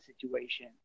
situation